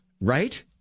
Right